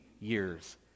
years